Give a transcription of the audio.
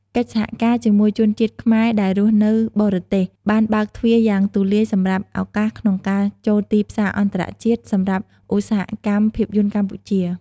កិច្ចសហការជាមួយជនជាតិខ្មែរដែលរស់នៅបរទេសបានបើកទ្វារយ៉ាងទូលាយសម្រាប់ ឱកាសក្នុងការចូលទីផ្សារអន្តរជាតិ សម្រាប់ឧស្សាហកម្មភាពយន្តកម្ពុជា។